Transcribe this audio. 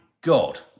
god